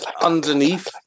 underneath